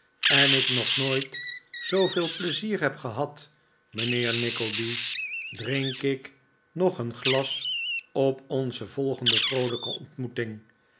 en ik nog nooit zooveel pleizier heb gehad mijnheer nickleby drink ik nog een glas op onze volgende vroolijke ontmoeting